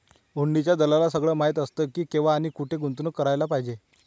हुंडीच्या दलालाला सगळं माहीत असतं की, केव्हा आणि कुठे गुंतवणूक करायला पाहिजे